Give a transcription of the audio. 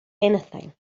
anything